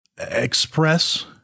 Express